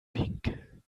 winkel